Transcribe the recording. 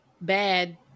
bad